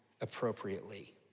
Appropriately